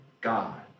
God